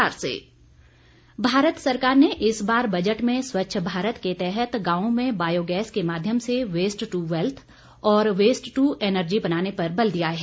गोबर धन भारत सरकार ने इस बार बजट में स्वच्छ भारत के तहत गांवों में बायो गैस के माध्यम से वेस्ट दू वैल्थ और वेस्ट दू एनर्जी बनाने पर बल दिया है